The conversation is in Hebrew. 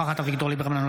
אינה נוכחת אביגדור ליברמן,